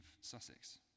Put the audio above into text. Sussex